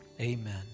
amen